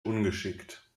ungeschickt